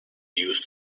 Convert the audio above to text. used